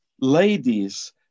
ladies